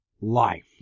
life